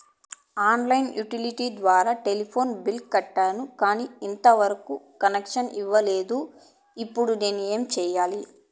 On line utility ద్వారా telephone bill కట్టాను, కానీ ఎంత వరకు కనెక్షన్ ఇవ్వలేదు, ఇప్పుడు నేను ఏమి సెయ్యాలి?